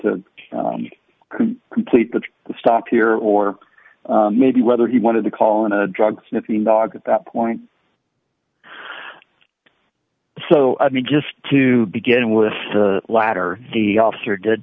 to complete the stop here or maybe whether he wanted to call in a drug sniffing dog at that point so i mean just to begin with the latter the officer did